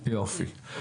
יופי.